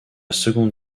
seconde